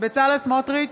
בצלאל סמוטריץ'